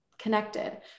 Connected